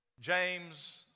James